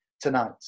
tonight